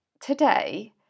today